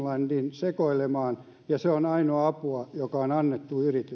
sekoilemaan ja se on ainoa apu joka on annettu